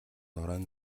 оройн